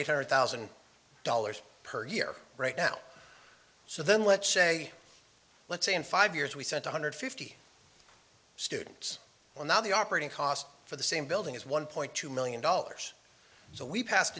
eight hundred thousand dollars per year right now so then let's say let's say in five years we sent one hundred fifty students well now the operating cost for the same building is one point two million dollars so we passed